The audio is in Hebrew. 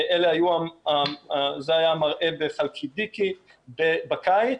זה היה המראה בחלקידיקי בקיץ.